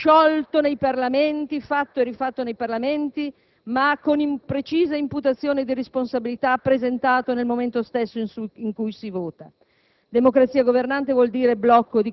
di un Governo che non può essere sciolto nei Parlamenti, né essere fatto e rifatto nei Parlamenti ma, con precisa imputazione di responsabilità, presentato nel momento stesso in cui si vota;